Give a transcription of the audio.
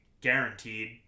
guaranteed